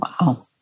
Wow